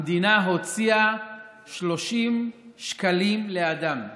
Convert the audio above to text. המדינה הוציאה 30 שקלים לאדם.